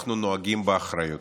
אנחנו נוהגים באחריות.